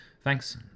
Thanks